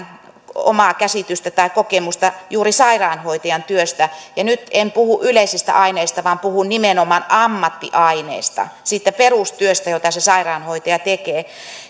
omaa käsitystä tai kokemusta juuri sairaanhoitajan työstä ja nyt en puhu yleisistä aineista vaan puhun nimenomaan ammattiaineista siitä perustyöstä jota se sairaanhoitaja tekee